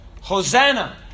Hosanna